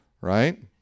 right